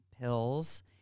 pills